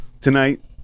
tonight